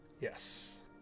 Yes